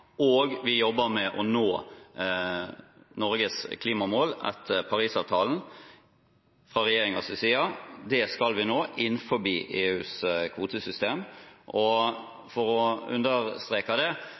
jobber vi med å nå Norges klimamål etter Paris-avtalen. Det skal vi nå innenfor EUs kvotesystem.